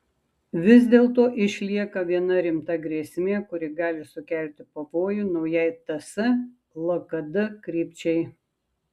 vis dėlto išlieka viena rimta grėsmė kuri gali sukelti pavojų naujai ts lkd krypčiai